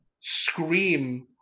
scream